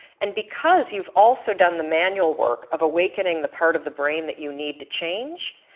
and because you've also done the manual work of awakening the part of the brain that you need to change,